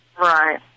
Right